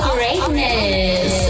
Greatness